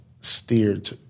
steered